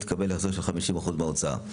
יתקבל החזר של 50% מההוצאה.